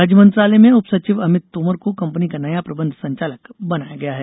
राज्य मंत्रालय में उप सचिव अमित तोमर को कंपनी का नया प्रबंध संचालक बनाया गया है